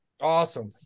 Awesome